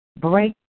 break